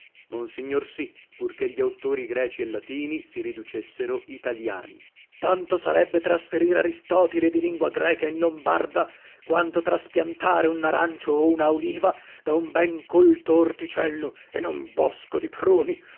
monsignor sì pur che gli auttori greci e latini si riducessero italiani lasc tanto sarebbe trasferir aristotile di lingua greca in lombarda quanto traspiantare un narancio o una oliva da un ben colto orticello in un bosco di pruni